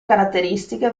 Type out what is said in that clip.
caratteristiche